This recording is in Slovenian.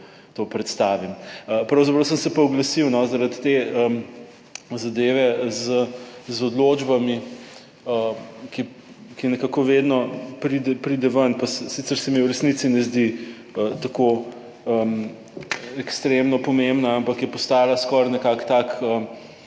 predstavim. Pravzaprav sem se pa oglasil zaradi te zadeve z odločbami, ki nekako vedno pride ven, pa sicer se mi v resnici ne zdi tako Ekstremno pomembna, ampak je postala skoraj nekako tak